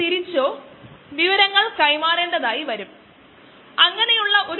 എന്നിരുന്നലും നമ്മുടെ ആവശ്യങ്ങൾക്കായി വളർച്ചാ വക്രം ഇതുപോലെ കാണപ്പെടും